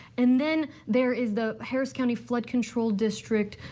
and then there is the harris county flood control district.